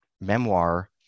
memoir